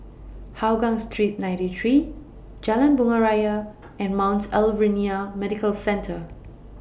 Hougang Street ninety three Jalan Bunga Raya and Mount Alvernia Medical Centre